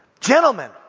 Gentlemen